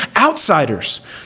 outsiders